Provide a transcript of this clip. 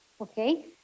okay